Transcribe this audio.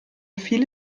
viele